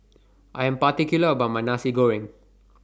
I Am particular about My Nasi Goreng